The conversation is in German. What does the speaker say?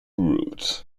route